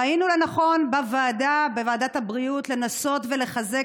ראינו לנכון בוועדת הבריאות לנסות לחזק